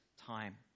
time